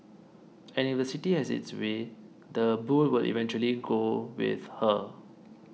and if the city has its way the bull will eventually go with her